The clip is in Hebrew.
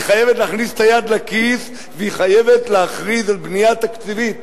חייבת להכניס את היד לכיס וחייבת להכריז על בנייה תקציבית